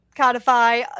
codify